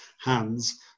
hands